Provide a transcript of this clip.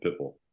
Pitbull